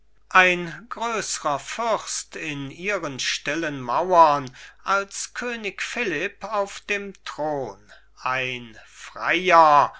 ein größrer fürst in ihren stillen mauern als könig philipp auf dem thron ein freier